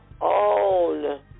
own